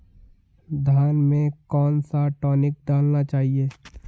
धान में कौन सा टॉनिक डालना चाहिए?